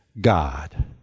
God